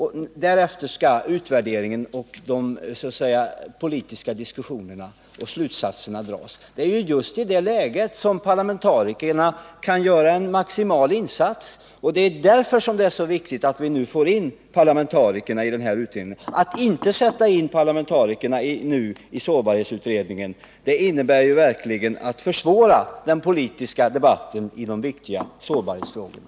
Därefter kommer utvärderingen, de politiska diskussionerna och slutsatserna. Det är just i det läget som parlamentarikerna kan göra en maximal insats. Därför är det så viktigt att vi nu får in parlamentarikerna i den här utredningen. Att inte sätta in parlamentariker i sårbarhetsutredningen nu innebär verkligen att försvåra den politiska debatten i de viktiga sårbarhetsfrågorna.